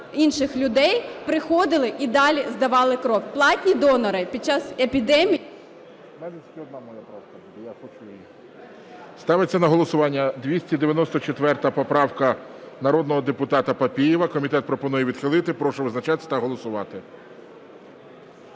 інших людей – приходили і далі здавали кров. Платні донори під час епідемії… ГОЛОВУЮЧИЙ. Ставиться на голосування 294 поправка народного депутата Папієва, комітет пропонує відхилити. Прошу визначатись та голосувати.